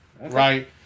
Right